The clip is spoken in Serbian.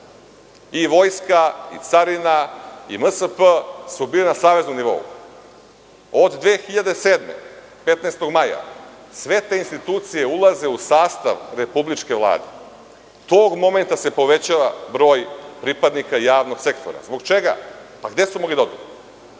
i vojska i carina i NSP su bili na saveznom nivou. Od 15. maja 2007. godine sve te institucije ulaze u sastav republičke vlade. Tog momenta se povećava broj pripadnika javnog sektora. Zbog čega? Gde su mogli da odu?